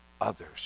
others